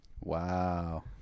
Wow